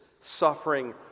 suffering